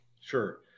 sure